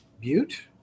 Butte